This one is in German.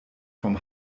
vom